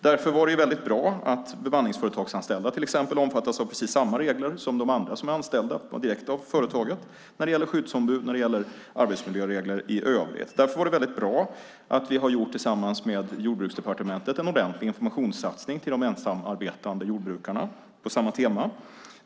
Därför är det bra att bemanningsföretagsanställda, till exempel, omfattas av precis samma regler som de andra som är anställda direkt av företaget när det gäller skyddsombud och arbetsmiljöregler i övrigt. Därför är det bra att vi tillsammans med Jordbruksdepartementet har gjort en ordentlig informationssatsning till de ensamarbetande jordbrukarna på samma tema.